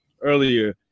earlier